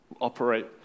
operate